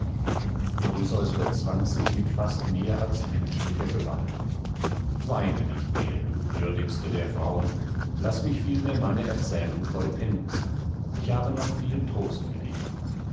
odysseus bezwang sich mit fast mehr als menschlicher gewalt weine nicht mehr du würdigste der frauen laß mich vielmehr meine erzählung vollenden ich habe noch viel trost für dich